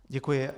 Děkuji.